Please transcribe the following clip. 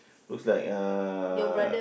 looks like uh